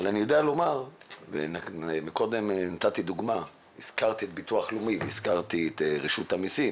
אבל אני יודע לומר והזכרתי את הביטוח הלאומי ואת רשות המסים